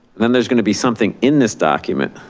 and then there's going to be something in this document.